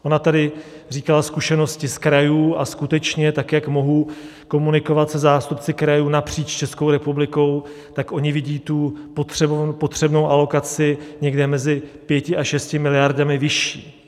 Ona tady říkala zkušenosti z krajů, a skutečně tak jak mohu komunikovat se zástupci krajů napříč Českou republikou, tak oni vidí tu potřebnou alokaci někde mezi 5 až 6 miliardami vyšší.